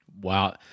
Wow